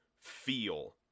feel